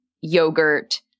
yogurt